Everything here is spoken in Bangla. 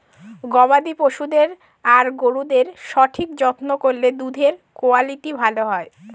গবাদি পশুদের আর গরুদের সঠিক যত্ন করলে দুধের কুয়ালিটি ভালো হয়